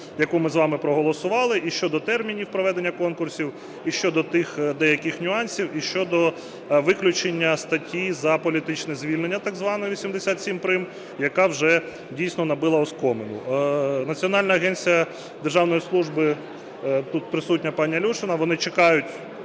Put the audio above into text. яку ми з вами проголосували, і щодо термінів проведення конкурсів, і щодо тих деяких нюансів, і щодо виключення статті за політичне звільнення так звана 87 прим., яка вже, дійсно, набила оскомину. Національна агенція державної служби, тут присутня пані Алюшина, вони чекають,